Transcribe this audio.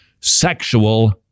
sexual